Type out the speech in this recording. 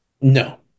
no